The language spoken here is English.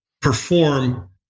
perform